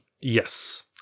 yes